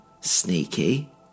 Sneaky